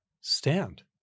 stand